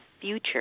future